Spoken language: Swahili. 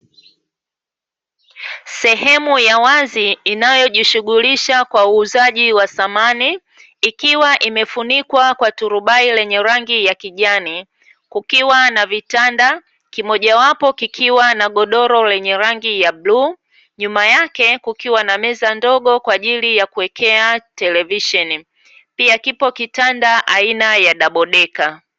Sehemu ya wazi inayojishughulisha kwa uuzaji wa samani, ikiwa imefunikwa kwa turubai lenye rangi ya kijani, kukiwa na vitanda kimoja wapo kikiwa na godoro lenye rangi ya bluu, nyuma yake kukiwa na meza ndogo kwa ajili ya kuwekea televisheni, pia kipo kitanda aina ya dabodeka.